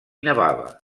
nevava